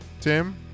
Tim